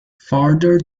further